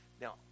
Now